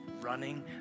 running